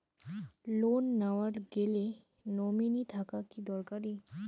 Loan নেওয়ার গেলে nominee থাকা কি দরকারী?